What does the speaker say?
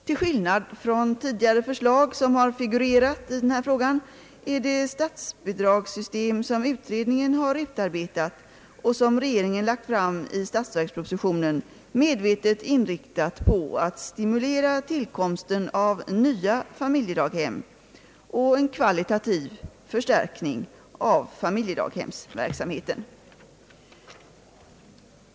Till skillnad från tidigare förslag som har figurerat är det statsbidragssystem som utredningen har utarbetat och som regeringen lagt fram i statsverkspropositionen medvetet inriktat på att stimulera tillkomsten av nya familjedaghem och en kvalitativ förstärkning av familjedaghemsverksamheten.